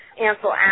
Ansel